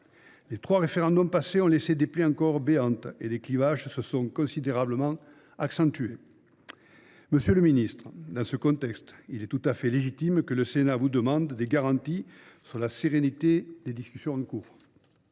Les trois référendums passés ont laissé des plaies encore béantes et les clivages se sont considérablement accentués. Dans ce contexte, monsieur le ministre, il est tout à fait légitime que le Sénat vous demande des garanties sur la sérénité des discussions en cours.